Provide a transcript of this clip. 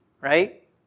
right